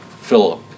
Philip